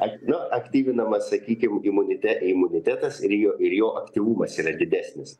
ak jo aktyvinamas sakykim imunite imunitetas ir jo ir jo aktyvumas yra didesnis